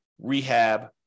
rehab